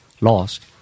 lost